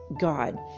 God